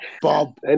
Bob